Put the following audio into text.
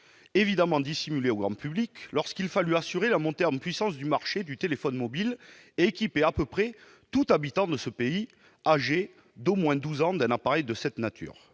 évidemment dissimulé au grand public, lorsqu'il fallut assurer la montée en puissance du marché du téléphone mobile et équiper à peu près tout habitant de ce pays âgé d'au moins douze ans d'un appareil de cette nature.